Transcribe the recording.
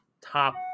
top